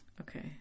Okay